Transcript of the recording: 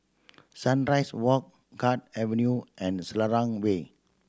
Sunrise Walk Guard Avenue and Selarang Way